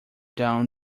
down